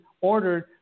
ordered